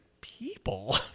people